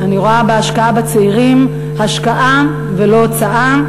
אני רואה בהשקעה בצעירים השקעה ולא הוצאה,